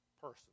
person